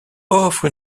offre